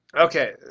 Okay